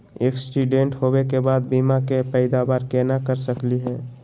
Accident होवे के बाद बीमा के पैदावार केना कर सकली हे?